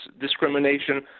discrimination